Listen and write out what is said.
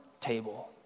table